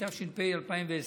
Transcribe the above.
התש"ף 2020,